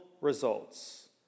results